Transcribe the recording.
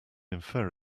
infer